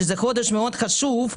שזה חודש מאוד חשוב,